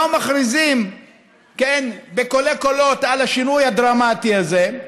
לא מכריזים בקולי קולות על השינוי הדרמטי הזה.